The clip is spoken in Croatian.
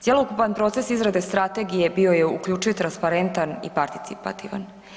Cjelokupan proces izrade strategije bio je uključiv, transparentan i participativan.